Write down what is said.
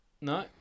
no